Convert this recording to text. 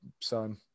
son